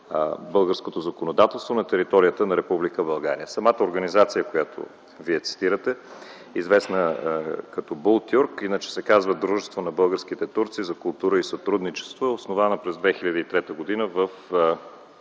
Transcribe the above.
българското законодателство на територията на Република България. Самата организация, която Вие цитирате, известна като „Бултюрк”, иначе се казва Дружество на българските турци за култура и сътрудничество, е основана през 2003 г. в